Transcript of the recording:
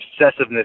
obsessiveness